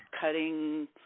cutting